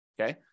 okay